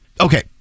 Okay